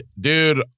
dude